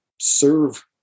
serve